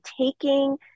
taking